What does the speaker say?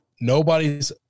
nobody's